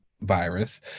virus